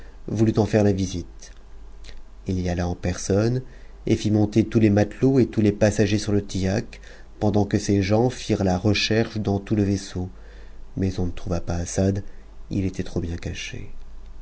voulut en faire la visite il y alla en personne et fit monter tous les matelots et tous les passagers sur le tillac pendant que ses gens firent la recherche dans tout le vaisseau mais on ne trouva pas assad il était trop bien caché